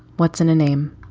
what's in a name?